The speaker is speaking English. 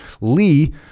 Lee